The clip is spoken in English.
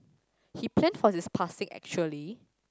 he planned for his passing actually